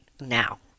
now